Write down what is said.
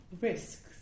risks